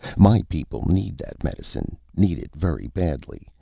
my people need that medicine need it very badly.